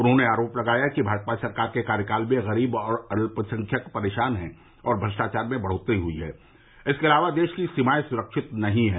उन्होंने आरोप लगाया कि भाजपा सरकार के कार्यकाल में गरीब और अल्पसंख्यक परेशान हैं और भ्रष्टाचार में बढोत्तरी हई है इसके अलावा देश की सीमाएं सुरक्षित नहीं हैं